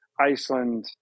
Iceland